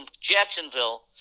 Jacksonville –